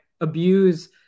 abuse